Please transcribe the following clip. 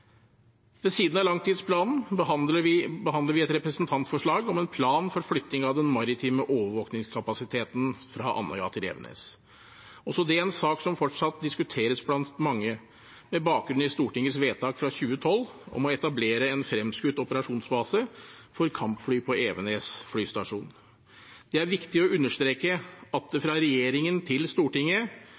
Ved siden av langtidsplanen behandler vi et representantforslag om en plan for flytting av den maritime overvåkingskapasiteten fra Andøya til Evenes. Det er også en sak som fortsatt diskuteres blant mange, med bakgrunn i Stortingets vedtak fra 2012 om å etablere en fremskutt operasjonsbase for kampfly på Evenes flystasjon. Det er viktig å understreke at det fra regjeringen til Stortinget